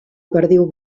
perdiu